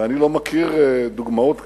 ואני לא מכיר דוגמאות כאלה,